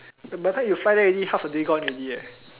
by the time you fly there already half a day gone already leh